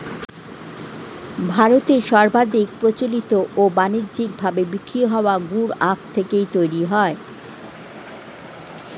ভারতে সর্বাধিক প্রচলিত ও বানিজ্যিক ভাবে বিক্রি হওয়া গুড় আখ থেকেই তৈরি হয়